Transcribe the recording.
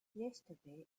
yesterday